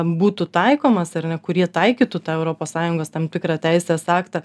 būtų taikomas ar ne kurie taikytų tą europos sąjungos tam tikrą teisės aktą